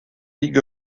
ligue